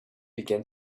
began